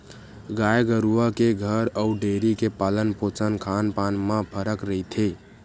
गाय गरुवा के घर अउ डेयरी के पालन पोसन खान पान म फरक रहिथे